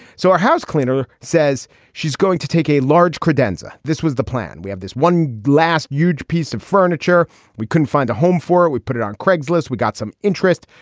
so our house cleaner says she's going to take a large credenza. this was the plan. we have this one blast, huge piece of furniture we couldn't find a home for. we put it on craigslist. we got some interest.